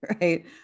right